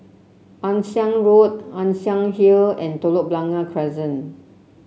Ann Siang Road Ann Siang Hill and Telok Blangah Crescent